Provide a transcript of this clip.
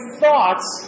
thoughts